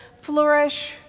flourish